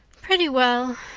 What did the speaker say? pretty well.